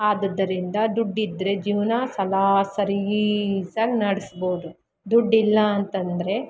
ಆದುದರಿಂದ ದುಡ್ಡಿದ್ದರೆ ಜೀವನ ಸಲ ಸಲೀಸಾಗಿ ನಡೆಸ್ಬೋದು ದುಡಿಲ್ಲ ಅಂತಂದರೆ